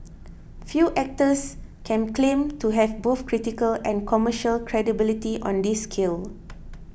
few actors can claim to have both critical and commercial credibility on this scale